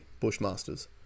Bushmasters